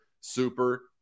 super